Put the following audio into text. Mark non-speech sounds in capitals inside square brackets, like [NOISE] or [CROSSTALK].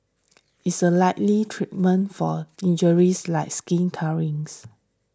is a likely treatment for injuries like skin [UNINTELLIGIBLE]